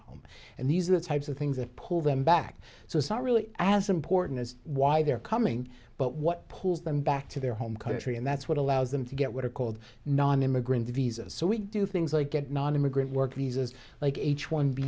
home and these are the types of things that pull them back so it's not really as important as why they're coming but what pulls them back to their home country and that's what allows them to get what are called nonimmigrant visa so we do things like get nonimmigrant work visas like h one b